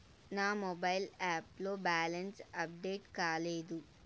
నా mobile app లో balance update కాలేదు